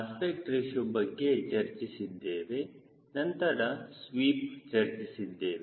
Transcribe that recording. aspect ratio ಬಗ್ಗೆ ಚರ್ಚಿಸಿದ್ದೇವೆ ನಂತರ ಸ್ವೀಪ್ ಚರ್ಚಿಸಿದ್ದೇವೆ